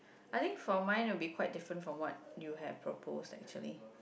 I think for mine would be quite different from what you have proposed actually